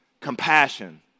compassion